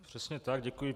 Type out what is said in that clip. Přesně tak, děkuji.